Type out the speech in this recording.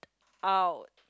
out